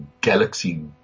Galaxy